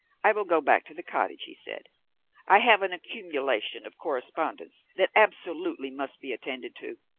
i will go back to the cottage, he said i have an accumulation of correspondence that absolutely must be attended to,